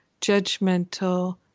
judgmental